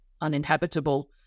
uninhabitable